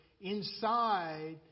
inside